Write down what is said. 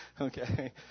okay –